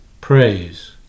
praise